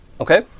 Okay